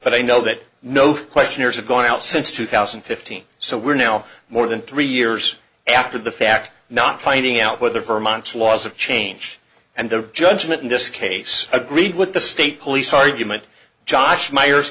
but i know that no questioners have gone out since two thousand and fifteen so we're now more than three years after the fact not finding out what the vermont laws of change and the judgment in this case agreed with the state police argument josh myers